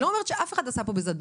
אני לא אומרת שאף אחד עשה פה בזדון,